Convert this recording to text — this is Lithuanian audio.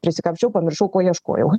prisikapsčiau pamiršau ko ieškojau